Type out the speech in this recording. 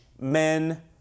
men